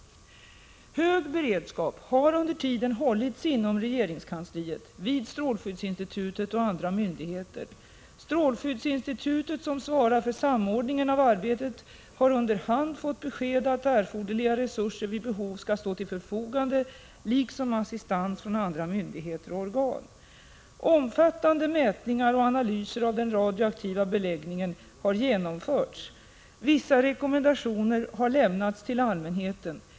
Hög beredskap har under tiden hållits inom regeringskansliet, vid strålskyddsinstitutet och inom andra myndigheter. Strålskyddsinstitutet, som svarar för samordningen av arbetet, har under hand fått besked att erforderliga resurser vid behov skall stå till förfogande liksom att assistans skall lämnas från andra myndigheter och organ. Omfattande mätningar och analyser av den radioaktiva beläggningen har genomförts. Vissa rekommendationer har lämnats till allmänheten.